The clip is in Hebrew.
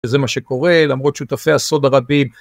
וזה מה שקורה למרות שותפי הסוד הרבים.